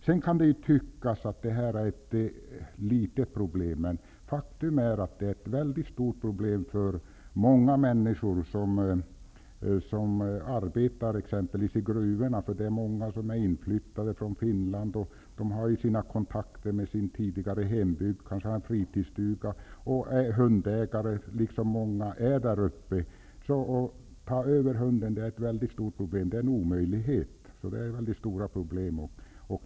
Det kan ju tyckas att detta är ett litet problem, men faktum är att det är ett mycket stort problem för många människor som t.ex. arbetar i gruvorna. Det är många som är inflyttade från Finland. De har kontakter med sin tidigare hembygd och har kanske en fritidsstuga där. De är kanske hundägare, liksom många är där uppe. Det är ett mycket stort problem att ta över hunden, nästan en omöjlighet.